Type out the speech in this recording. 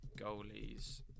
goalies